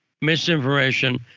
misinformation